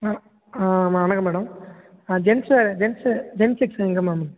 ஆ வணக்கம் madam gents gents gents section எங்கே ma'am